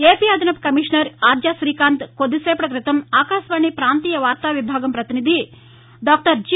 AP అదనపు commissioner Arja Srikanth కొద్దిసేపటిక్రితం ఆకాశవాణి పాంతీయ వార్తా విభాగం పతినిధి డాక్టర్ జి